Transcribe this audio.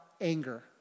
anger